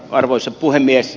arvoisa puhemies